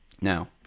Now